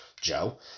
Joe